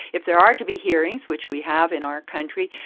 if there are to be hearings, which we have in our country,